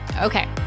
Okay